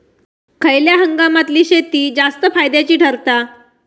खयल्या हंगामातली शेती जास्त फायद्याची ठरता?